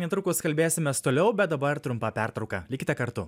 netrukus kalbėsimės toliau bet dabar trumpa pertrauka likite kartu